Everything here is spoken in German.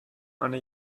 eine